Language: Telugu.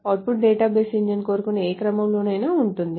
అవుట్పుట్ డేటాబేస్ ఇంజిన్ కోరుకునే ఏ క్రమంలోనైనా ఉంటుంది